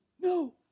no